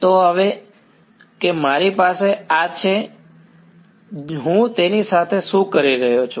તો હવે કે મારી પાસે આ છે હું તેની સાથે શું કરી શકું